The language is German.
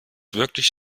wirklich